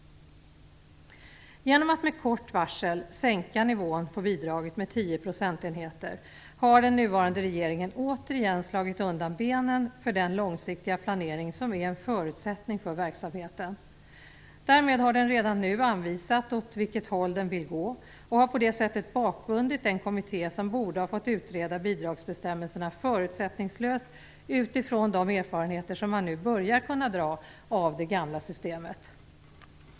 Genom att med kort varsel sänka nivån på bidraget med tio procentenheter har den nuvarande regeringen återigen slagit undan benen för den långsiktiga planering som är en förutsättning för verksamheten. Därmed har regeringen redan nu angett riktningen och har på det sättet bakbundit den kommitté som borde ha fått utreda bidragsbestämmelserna förutsättningslöst utifrån de erfarenheter som man nu börjar kunna dra av det gamla systemet.